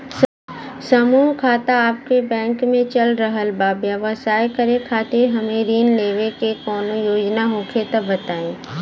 समूह खाता आपके बैंक मे चल रहल बा ब्यवसाय करे खातिर हमे ऋण लेवे के कौनो योजना होखे त बताई?